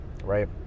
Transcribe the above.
Right